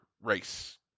race